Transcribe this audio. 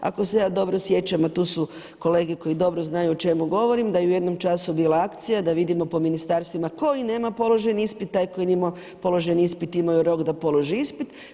Ako se ja dobro sjećam, a tu su kolege koji dobro znaju o čemu govorim, da je u jednom času bila akcija da vidimo po ministarstvima koji nema položen ispit, taj koji nije imao položeni ispit imao je rok da položi ispit.